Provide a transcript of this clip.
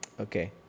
okay